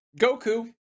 Goku